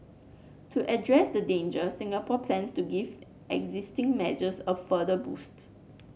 to address the danger Singapore plans to give existing measures a further boost